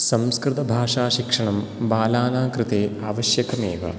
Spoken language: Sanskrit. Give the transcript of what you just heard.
संस्कृत भाषा शिक्षणं बालानां कृते आवश्यकमेव